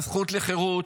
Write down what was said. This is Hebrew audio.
הזכות לחירות,